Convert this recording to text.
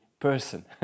person